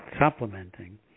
supplementing